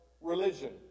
religion